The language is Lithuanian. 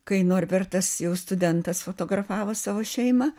kai norbertas jau studentas fotografavo savo šeimą